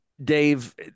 Dave